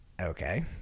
Okay